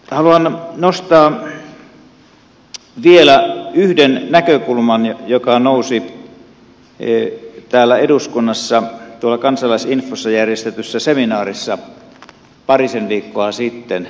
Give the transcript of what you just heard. haluan nostaa vielä yhden näkökulman joka nousi täällä eduskunnassa tuolla kansalaisinfossa järjestetyssä seminaarissa parisen viikkoa sitten esille